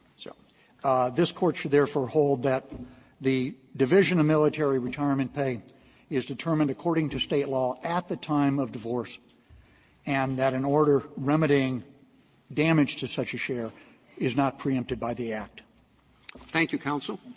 so this court should therefore hold that the division of military retirement pay is determined according to state law at the time of divorce and that an order remedying damage to such a share is not preempted by the act. roberts thank you, counsel.